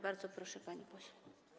Bardzo proszę, panie pośle.